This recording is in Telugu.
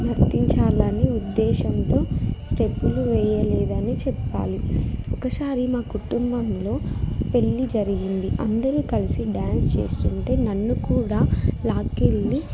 నర్తించాలని ఉద్దేశంతో స్టెప్పులు వేయలేదని చెప్పాలి ఒకసారి మా కుటుంబంలో పెళ్ళి జరిగింది అందరూ కలిసి డ్యాన్స్ చేస్తుంటే నన్ను కూడా లాకెళ్ళి